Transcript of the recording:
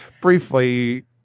briefly